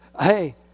hey